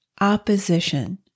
opposition